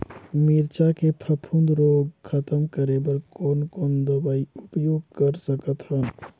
मिरचा के फफूंद रोग खतम करे बर कौन कौन दवई उपयोग कर सकत हन?